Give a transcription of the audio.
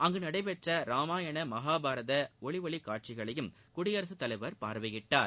அங்கு நடைபெற்ற ராமாயண மகாபாரத ஒலி ஒளி காட்சியையும் குடியரசுத் தலைவர் பார்வையிட்டார்